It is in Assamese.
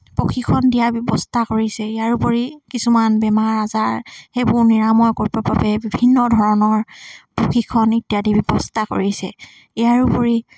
প্ৰশিক্ষণ দিয়া ব্যৱস্থা কৰিছে ইয়াৰোপৰি কিছুমান বেমাৰ আজাৰ সেইবোৰ নিৰাময় কৰিবৰ বাবে বিভিন্ন ধৰণৰ প্ৰশিক্ষণ ইত্যাদি ব্যৱস্থা কৰিছে ইয়াৰোপৰি